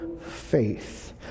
faith